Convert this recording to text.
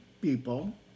people